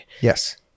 Yes